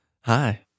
Hi